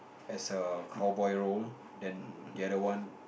as a cowboy role and the other one